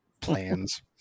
plans